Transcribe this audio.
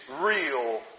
real